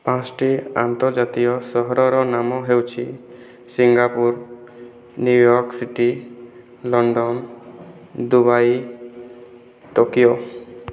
ପାଞ୍ଚଟି ଆର୍ନ୍ତଜାତୀୟ ସହରର ନାମ ହେଉଛି Singapore New York city London Dubai Tokyo